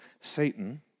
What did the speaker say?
Satan